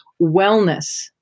wellness